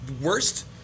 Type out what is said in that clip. worst